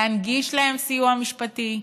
להנגיש להם סיוע משפטי,